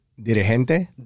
Dirigente